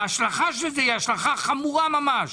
ההשלכה של זה היא חמורה ממש,